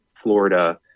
Florida